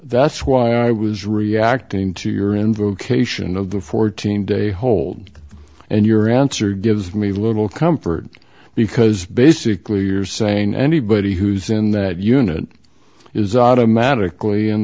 that's why i was reacting to your invocation of the fourteen day hold and your answer gives me little comfort because basically you're saying anybody who's in that unit is automatically in